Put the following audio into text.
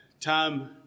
time